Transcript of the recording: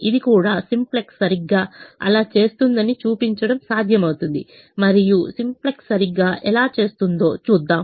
ఇది కూడా సింప్లెక్స్ సరిగ్గా అలా చేస్తుందని చూపించడం సాధ్యమవుతుంది మరియు సింప్లెక్స్ సరిగ్గా ఎలా చేస్తుందో చూద్దాం